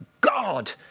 God